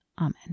Amen